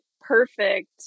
perfect